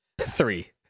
Three